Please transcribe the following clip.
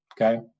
Okay